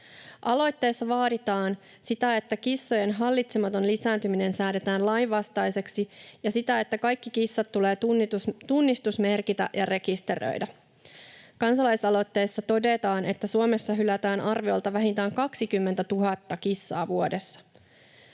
Aloitteessa vaaditaan sitä, että kissojen hallitsematon lisääntyminen säädetään lainvastaiseksi, ja sitä, että kaikki kissat tulee tunnistusmerkitä ja rekisteröidä. Kansalaisaloitteessa todetaan, että Suomessa hylätään arviolta vähintään 20 000 kissaa vuodessa.